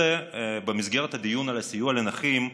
במסגרת הדיון על הסיוע לנכים,